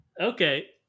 Okay